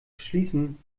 schließen